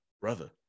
brother